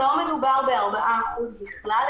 לא מדובר ב-4% בכלל,